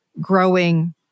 growing